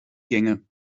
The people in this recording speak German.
gänge